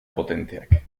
potenteak